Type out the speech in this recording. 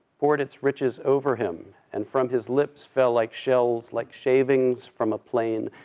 poured its riches over him, and from his lips fell like shells, like shavings from a plane,